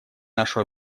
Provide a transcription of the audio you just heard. нашу